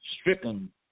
stricken